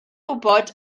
wybod